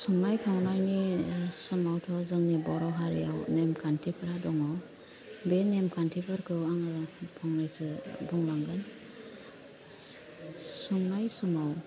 संनाय खावनायनि समावथ' जोंनि बर' हारिआव नेमखान्थिफोरा दङ बे नेमखान्थिफोरखौ आङो फंनैसो बुंलांगोन संनाय समाव